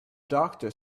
doctor